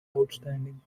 outstanding